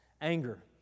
anger